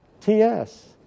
TS